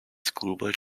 schoolboy